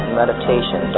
meditation